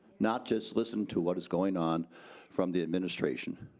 not just listen to what is going on from the administration.